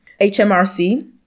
HMRC